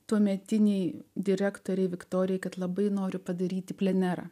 tuometinei direktorei viktorijai kad labai noriu padaryti plenerą